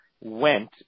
went